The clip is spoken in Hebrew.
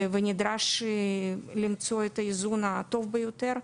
ונדרש למצוא את האיזון הטוב ביותר,